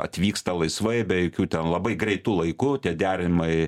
atvyksta laisvai be jokių ten labai greitu laiku tie derinimai